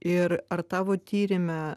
ir ar tavo tyrime